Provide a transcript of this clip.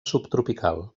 subtropical